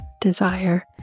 desire